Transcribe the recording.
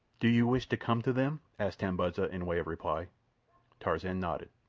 do you wish to come to them? asked tambudza in way of reply tarzan nodded.